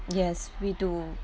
yes we do